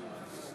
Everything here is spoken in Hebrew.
(קוראת בשמות חברי הכנסת)